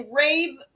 rave